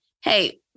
hey